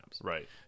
Right